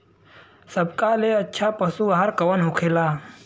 सबका ले अच्छा पशु आहार कवन होखेला?